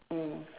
mm